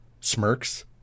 smirks